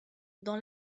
dans